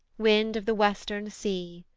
wind of the western sea,